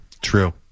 True